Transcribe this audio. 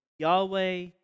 Yahweh